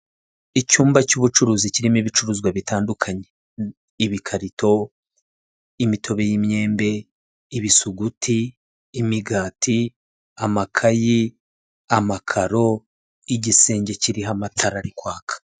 Icyumba cy'ubucuruzi kirimo ibicuruzwa bitandukanye, ibikarito, imitobe y'imyembe, ibisuguti, imigati, amakayi, amakaro, igisenge kiriho amatara ari kwaka.